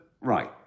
right